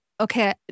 okay